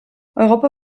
europa